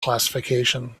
classification